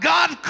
God